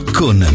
con